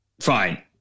fine